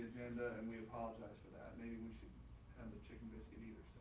and and we apologize for that. maybe we should have a chicken biscuit either.